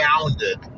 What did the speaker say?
founded